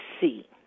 see